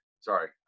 sorry